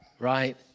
Right